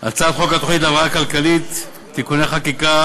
הצעת חוק התוכנית להבראת כלכלת ישראל (תיקוני חקיקה